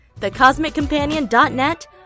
thecosmiccompanion.net